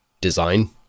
design